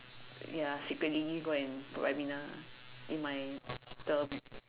ya secretly go and put Ribena in my bottle